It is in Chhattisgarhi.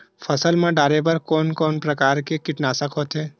फसल मा डारेबर कोन कौन प्रकार के कीटनाशक होथे?